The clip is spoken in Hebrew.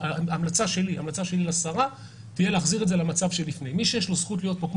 ההמלצה שלי לשרה תהיה להחזיר למצב הקודם מי שיש לו זכות להיות פה,